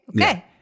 Okay